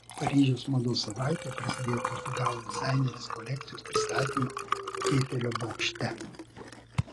paryžiaus mados savaitė prasidėjo portugalų dizainerės kolekcijos pristatymu eifelio bokšte